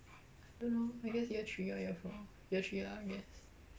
I don't know I guess year three or year four year three lah I guess